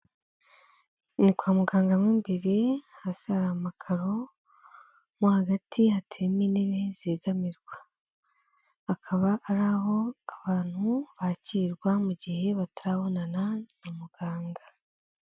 Ni kwa muganga mo imbere, hasi hari amakaro, mo hagati haterimo intebe zigamirwa. Hakaba ari aho abantu bakirirwa mu gihe batarabonana na muganga.